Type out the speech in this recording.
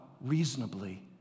reasonably